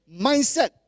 mindset